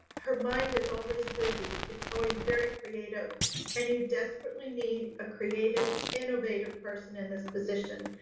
her mind is always busy. it's always very creative and you desperately need a creative, innovative person in this position.